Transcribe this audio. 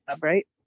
right